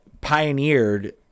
pioneered